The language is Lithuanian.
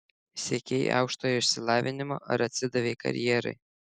siekei aukštojo išsilavinimo ar atsidavei karjerai